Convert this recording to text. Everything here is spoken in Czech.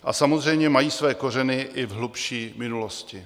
A samozřejmě mají své kořeny i v hlubší minulosti.